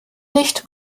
licht